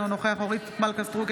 אינו נוכח אורית מלכה סטרוק,